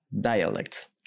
dialects